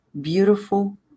beautiful